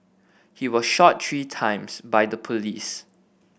he was shot three times by the police